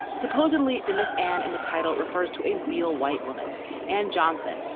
supposedly, the miss and in the title refers to a real white woman and johnson,